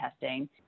testing